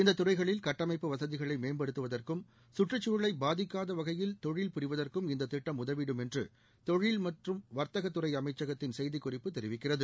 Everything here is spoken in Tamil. இந்த துறைகளில் கட்டமைப்பு வசதிகளை மேம்படுத்துவதற்கும் சுற்றுச்சூழலை பாதிக்காத வகையில் தொழில் புரிவதற்கும் இந்த திட்டம் உதவிடும் என்று தொழில் மற்றும் வர்த்தக துறை அமைச்சகத்தின் செய்திக் குறிப்பு தெரிவிக்கிறது